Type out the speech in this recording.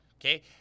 Okay